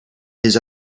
his